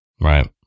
Right